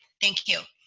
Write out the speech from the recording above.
thank you.